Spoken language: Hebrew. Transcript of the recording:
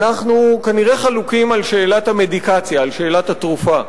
אנחנו כנראה חלוקים בשאלת המדיקציה, בשאלת התרופה.